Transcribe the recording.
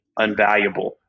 unvaluable